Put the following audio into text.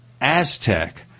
Aztec